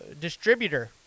distributor